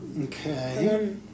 Okay